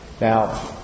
Now